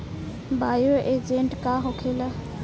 Bio agent का होखेला?